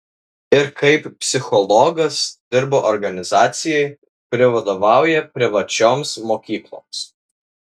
ir kaip psichologas dirbu organizacijai kuri vadovauja privačioms mokykloms